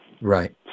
Right